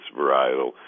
varietal